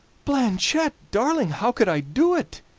blanchette darling, how could i do it?